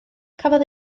cafodd